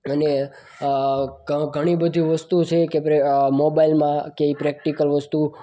અને આ ઘ ઘ ઘણી બધી વસ્તુ છે કે મોબાઇલમાં કે પ્રેક્ટીકલ વસ્તુઓ